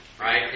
right